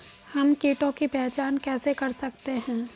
हम कीटों की पहचान कैसे कर सकते हैं?